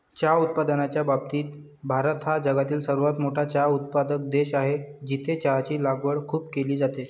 चहा उत्पादनाच्या बाबतीत भारत हा जगातील सर्वात मोठा चहा उत्पादक देश आहे, जिथे चहाची लागवड खूप केली जाते